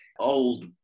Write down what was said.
old